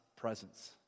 presence